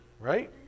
right